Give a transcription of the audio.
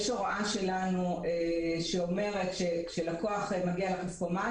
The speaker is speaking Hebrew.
יש הוראה שלנו שאומרת שכשלקוח מגיע לכספומט